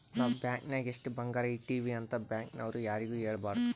ನಾವ್ ಬ್ಯಾಂಕ್ ನಾಗ್ ಎಷ್ಟ ಬಂಗಾರ ಇಟ್ಟಿವಿ ಅಂತ್ ಬ್ಯಾಂಕ್ ನವ್ರು ಯಾರಿಗೂ ಹೇಳಬಾರ್ದು